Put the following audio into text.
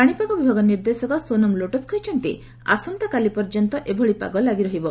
ପାଣିପାଗ ବିଭାଗ ନିର୍ଦ୍ଦେଶକ ସୋନମ ଲୋଟସ୍ କହିଛନ୍ତି ଆସନ୍ତାକାଲି ପର୍ଯ୍ୟନ୍ତ ଏଭଳି ପାଗ ଲାଗିରହିବ